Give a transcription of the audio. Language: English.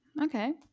Okay